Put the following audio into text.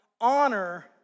honor